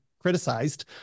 criticized